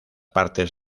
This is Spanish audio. partes